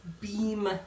beam